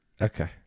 Okay